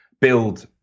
build